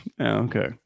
Okay